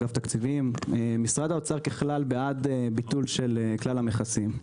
משרד האוצר ככלל בעד ביטול כלל המכסים.